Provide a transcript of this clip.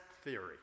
theory